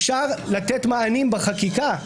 אפשר לתת מענים בחקיקה,